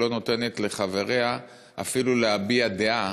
שלא נותנת לחבריה אפילו להביע דעה